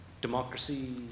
democracy